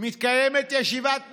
מתקיימת ישיבת ממשלה,